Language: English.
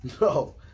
No